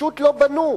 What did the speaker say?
פשוט לא בנו.